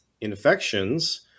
infections